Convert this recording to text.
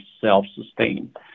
self-sustained